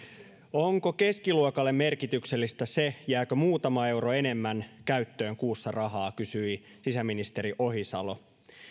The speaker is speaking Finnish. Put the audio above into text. onko keskiluokalle merkityksellistä se jääkö muutama euro enemmän käyttöön kuussa rahaa kysyi sisäministeri ohisalo